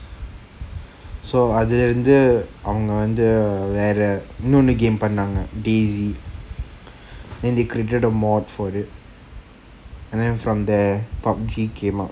so அது வந்து அவங்க வந்து வேற இன்னொன்னு:athu vanthu avanga vanthu vera innonnu game பண்ணாங்க:pannanga lazy then they created a mod for it and then from there PUB_G came up